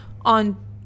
on